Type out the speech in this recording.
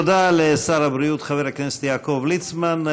תודה לשר הבריאות חבר הכנסת יעקב ליצמן.